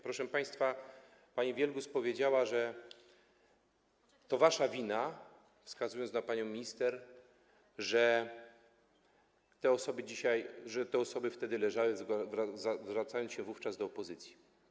Proszę państwa, pani Wielgus powiedziała: to wasza wina, wskazując na panią minister, że te osoby dzisiaj... że te osoby wtedy leżały, zwracając się wówczas do opozycji.